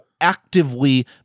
actively